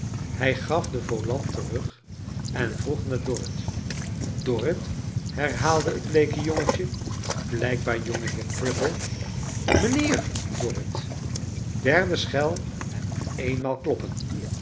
hij gaf den volant terug en vroeg naar dorrit dorrit herhaalde het bleeke jongetje blijkbaar jongeheer cripple m ij n h e e r dorrit v derde schel en eenmaal kloppen